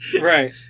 Right